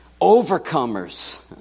overcomers